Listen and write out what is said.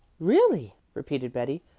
really, repeated betty.